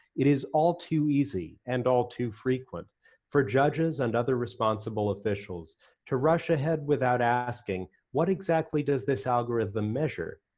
it is all too easy and all too frequent for judges and other responsible officials to rush ahead without asking what exactly does this algorithm measure?